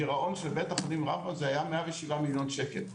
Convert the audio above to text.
הגירעון של בית החולים רמב"ם היה 107 מיליון שקל.